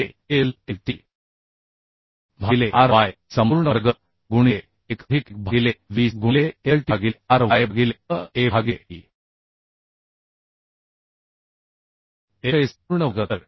भागिले LLT भागिले ry संपूर्ण वर्ग गुणिले 1 अधिक 1 भागिले 20 गुणिले LLTभागिले ry भागिले hf भागिले t fs पूर्ण वर्ग